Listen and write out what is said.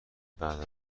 بعد